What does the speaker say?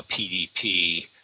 PDP